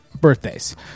Birthdays